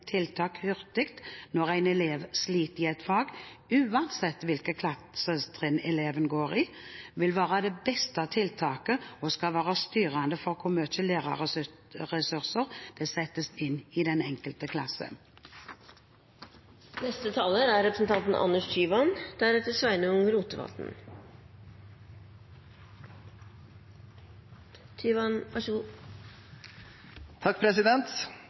tiltak hurtig når en elev sliter i et fag, uansett hvilket klassetrinn eleven går i, vil være det beste tiltaket og skal være styrende for hvor mye lærerressurser det settes inn i den enkelte